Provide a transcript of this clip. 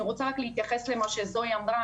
אני רוצה רק להתייחס למה שזואי אמרה,